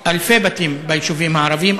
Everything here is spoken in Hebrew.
אלפי בתים ביישובים הערביים.